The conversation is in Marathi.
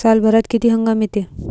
सालभरात किती हंगाम येते?